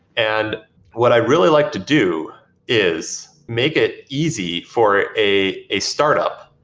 and what i really like to do is make it easy for a a startup.